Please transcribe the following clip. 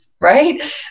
right